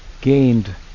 gained